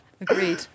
agreed